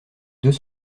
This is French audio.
deux